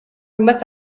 must